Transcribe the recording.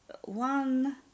one